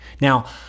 Now